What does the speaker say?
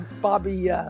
Bobby